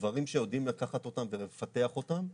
דברים שיודעים לקחת אותם ולפתח אותם.